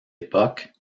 époque